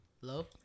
Hello